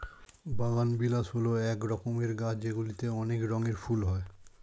বাগানবিলাস হল এক রকমের গাছ যেগুলিতে অনেক রঙের ফুল হয়